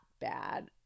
bad